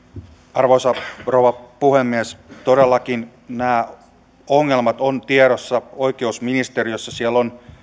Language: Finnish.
arvoisa rouva puhemies todellakin nämä ongelmat ovat tiedossa oikeusministeriössä siellä on